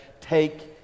Take